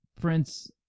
Prince